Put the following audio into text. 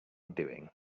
doing